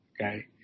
Okay